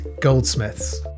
Goldsmiths